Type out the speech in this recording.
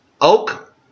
Oak